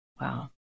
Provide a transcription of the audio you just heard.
Wow